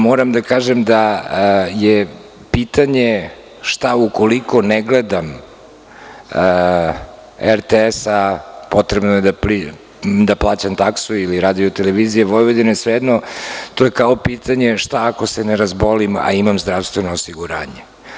Moram da kažem da je pitanje šta ukoliko ne gledam RTS, a potrebno je da plaćam taksu, ili RTV, sve jedno, to je kao pitanje šta ako se ne razbolim, a imam zdravstveno osiguranje.